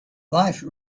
life